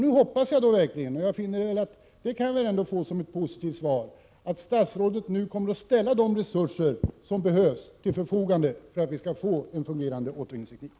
Nu hoppas jag — och det borde jag kunna få som ett positivt svar — att statsrådet kommer att ställa de resurser som behövs till förfogande för att vi skall få en fungerande återvinningsteknik.